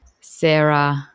Sarah